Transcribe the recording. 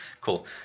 Cool